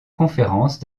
conférence